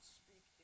speak